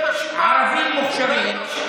ערבים מוכשרים,